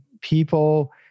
people